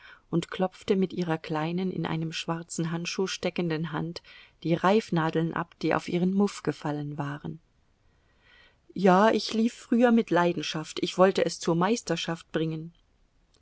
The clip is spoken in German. und klopfte mit ihrer kleinen in einem schwarzen handschuh steckenden hand die reifnadeln ab die auf ihren muff gefallen waren ja ich lief früher mit leidenschaft ich wollte es zur meisterschaft bringen